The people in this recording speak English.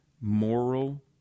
moral